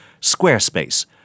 Squarespace